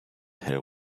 her